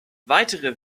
weitere